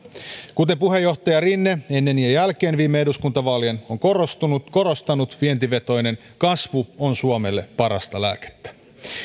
kuten puheenjohtaja rinne ennen ja jälkeen viime eduskuntavaalien on korostanut korostanut vientivetoinen kasvu on suomelle parasta lääkettä